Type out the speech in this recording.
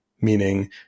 meaning